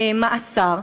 מאסר.